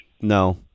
No